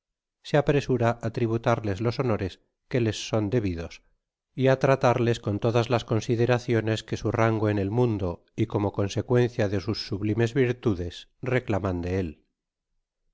se apresura á tributarles los honores que les son debidos y á tratarles con todas las consideraciones que su rango en el mundo y como consecuencia de sus sublimes virtudes reclaman de él